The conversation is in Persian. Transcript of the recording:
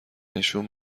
نشون